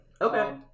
okay